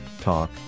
Talk